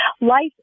life